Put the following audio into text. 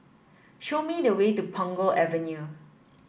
show me the way to Punggol Avenue